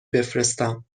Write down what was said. بفرستم